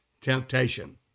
temptation